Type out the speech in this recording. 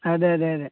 అదే అదే అదే